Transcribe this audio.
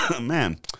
man